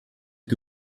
que